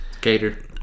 Gator